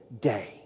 day